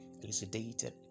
elucidated